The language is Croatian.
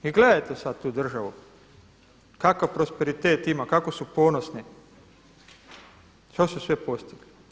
I gledajte sad tu državu kakav prosperitet ima, kako su ponosni, što su sve postigli.